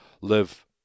live